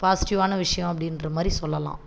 பாசிட்டிவான விஷயம் அப்படின்றமாரி சொல்லலாம்